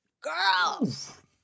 Girls